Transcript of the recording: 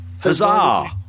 Huzzah